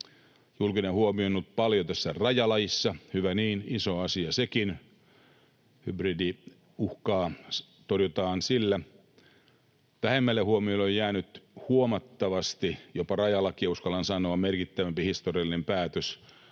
Julkinen huomio on ollut paljon tässä rajalaissa, hyvä niin, iso asia sekin. Hybridiuhkaa torjutaan sillä. Vähemmälle huomiolle on jäänyt huomattavasti jopa rajalakia, uskallan sanoa, merkittävämpi historiallinen päätös